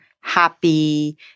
happy